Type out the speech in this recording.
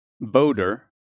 boater